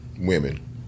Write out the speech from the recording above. women